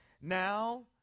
Now